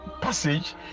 passage